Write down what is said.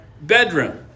bedroom